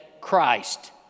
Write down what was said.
Christ